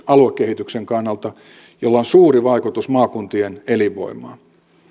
aluekehityksen kannalta ja jolla on suuri vaikutus maakuntien elinvoimaan